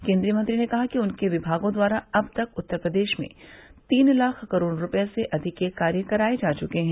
केन्द्रीय मंत्री ने कहा कि उनके विमागों द्वारा अब तक उत्तर प्रदेश में तीन लाख करोड़ रूपये से अधिक के कार्य कराये जा चुके हैं